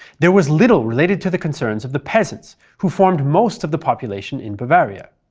there was little related to the concerns of the peasants, who formed most of the population in bavaria.